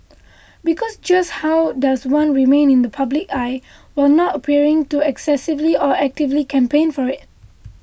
because just how does one remain in the public eye while not appearing to excessively or actively campaign for it